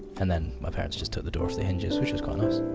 and then, my parents just took the door off the hinges, which was kind of was